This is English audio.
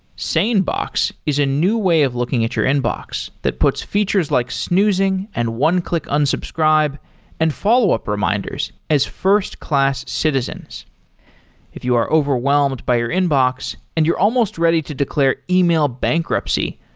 sanebox is a new way of looking at your inbox, that puts features like snoozing and one-click unsubscribe and follow-up reminders as first-class citizens if you are overwhelmed by your inbox and you're almost ready to declare e-mail bankruptcy,